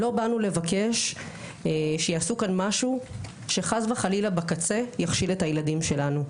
לא באנו לבקש שיעשו כאן משהו שחס וחלילה בקצה יכשיל את הילדים שלנו.